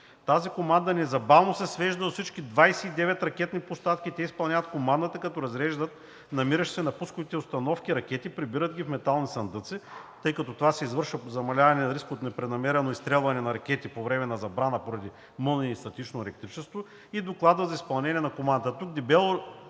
Тази команда незабавно се свежда до всички 29 ракетни площадки и те изпълняват командата, като разреждат намиращите се на пусковите установки ракети, прибират ги в метални сандъци, тъй като това се извършва за намаляване на риска от непреднамерено изстрелване на ракети по време на забраната поради мълнии и статично електричество, и докладват за изпълнението на командата. Тук дебело